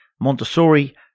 Montessori